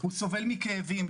הוא סובל מכאבים,